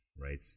right